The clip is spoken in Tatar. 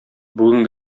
бүген